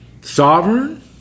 Sovereign